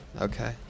Okay